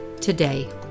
today